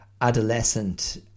adolescent